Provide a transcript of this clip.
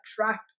attract